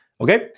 Okay